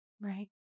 right